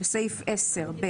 בסעיף 10(ב),